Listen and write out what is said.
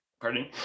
pardon